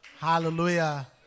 Hallelujah